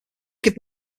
give